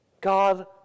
God